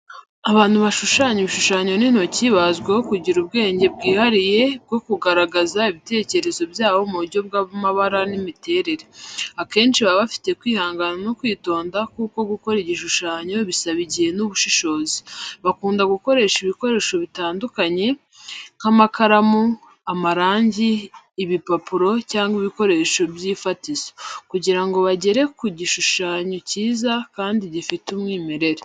Abantu bashushanya ibishushanyo n’intoki bazwiho kugira ubwenge bwihariye bwo kugaragaza ibitekerezo byabo mu buryo bw’amabara n’imiterere. Akenshi baba bafite kwihangana no kwitonda kuko gukora igishushanyo bisaba igihe n’ubushishozi. Bakunda gukoresha ibikoresho bitandukanye, nk’amakaramu, amarangi, ibipapuro cyangwa ibikoresho by’ifatizo, kugira ngo bagere ku gishushanyo cyiza kandi gifite umwimerere.